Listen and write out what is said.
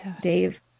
Dave